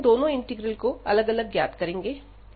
अब हम इन दोनों इंटीग्रल को अलग अलग ज्ञात करेंगे